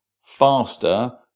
faster